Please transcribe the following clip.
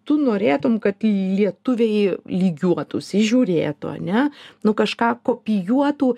tu norėtum kad lietuviai lygiuotųsi žiūrėtų ar ne nu kažką kopijuotų